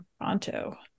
Toronto